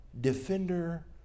Defender